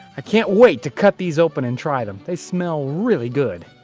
i can't wait to cut these open and try them. they smell really good.